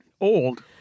Old